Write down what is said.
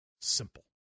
simple